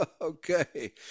Okay